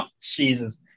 Jesus